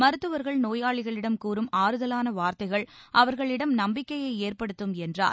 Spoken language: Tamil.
மருத்துவர்கள் நோயாளிகளிடம் கூறும் ஆறுதலான வார்த்தைகள் அவர்களிடம் நம்பிக்கையை ஏற்படுத்தும் என்றார்